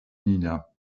nina